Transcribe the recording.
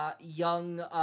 young